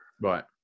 right